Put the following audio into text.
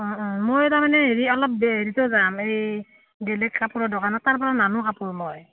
অ অ মই তাৰমানে হেৰি অলপ হেৰিতো যাম এই বেলেগ কাপোৰৰ দোকানত তাৰ পৰা নানো কাপোৰ মই